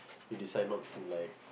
you decide not to like